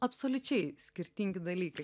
absoliučiai skirtingi dalykai